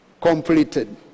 completed